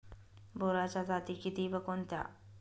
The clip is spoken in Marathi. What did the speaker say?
बोराच्या जाती किती व कोणत्या?